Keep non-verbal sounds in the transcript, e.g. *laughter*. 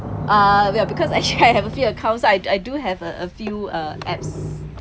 uh we are because *laughs* actually I have a few accounts I I do have a few uh apps